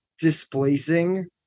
displacing